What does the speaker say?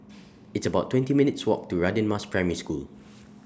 It's about twenty minutes' Walk to Radin Mas Primary School